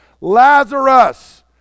Lazarus